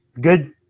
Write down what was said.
Good